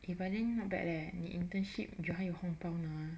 ya but then not bad leh 你 internship you 还有红包拿